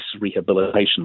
rehabilitation